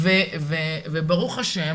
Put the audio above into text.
ולכן,